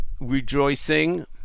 rejoicing